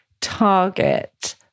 target